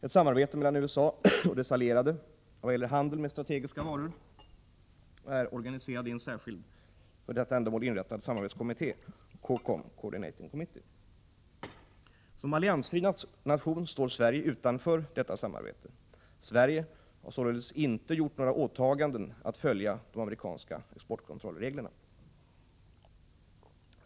Ett samarbete mellan USA och dess allierade i vad gäller handeln med strategiska varor är organiserat i en särskild, för detta ändamål inrättad, samarbetskommitté, COCOM . Som alliansfri nation står Sverige utanför detta samarbete. Sverige har således inte gjort några åtaganden att följa de amerikanska exportkontrollreglerna.